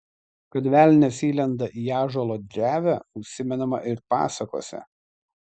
kad velnias įlenda į ąžuolo drevę užsimenama ir pasakose